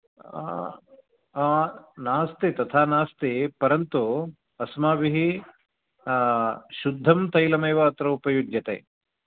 नास्ति तथा नास्ति परन्तु अस्माभिः शुद्धं तैलम् एव अत्र उपयुज्यते